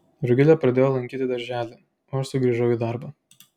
rugilė pradėjo lankyti darželį o aš sugrįžau į darbą